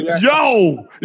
Yo